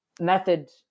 method